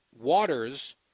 Waters